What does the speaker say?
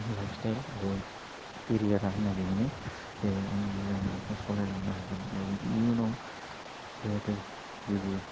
life style आरो केरियारा आंना बेनिया दे आं मोजां न'खर सलायलांनो हागोन इयुनाव जाहाथे जेबो